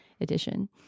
edition